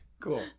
cool